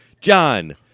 John